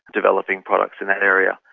developing products in that area.